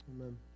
Amen